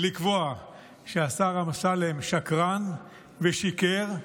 ולקבוע שהשר אמסלם שקרן ושיקר,